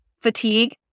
Fatigue